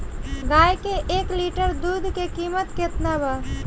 गाय के एक लिटर दूध के कीमत केतना बा?